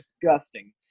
disgusting